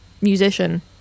musician